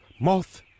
Moth